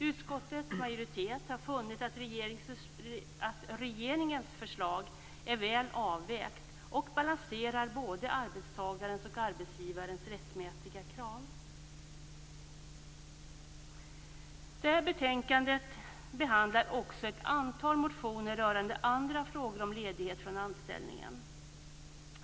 Utskottets majoritet har funnit att regeringens förslag är väl avvägt och balanserar både arbetstagarens och arbetsgivarens rättmätiga krav. Betänkandet behandlar också ett antal motioner rörande andra frågor om ledighet från anställning.